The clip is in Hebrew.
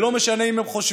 ולא משנה אם הם חושבים,